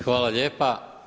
Hvala lijepa.